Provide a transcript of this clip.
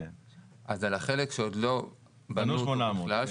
אז על החלק שעוד לא בנו בכלל,